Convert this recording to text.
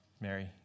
Mary